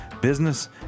business